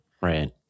Right